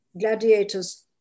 gladiators